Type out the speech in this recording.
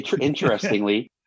interestingly